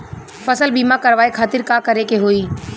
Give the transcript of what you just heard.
फसल बीमा करवाए खातिर का करे के होई?